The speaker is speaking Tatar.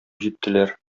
җиттеләр